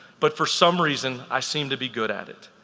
but for some reason i seem to be good at it.